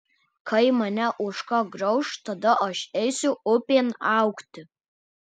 kai mane ožka grauš tada aš eisiu upėn augti